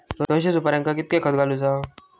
दोनशे सुपार्यांका कितक्या खत घालूचा?